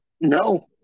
No